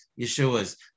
Yeshua's